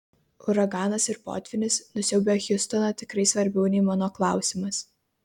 uraganas ir potvynis nusiaubę hjustoną tikrai svarbiau nei mano klausimas